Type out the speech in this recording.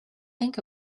think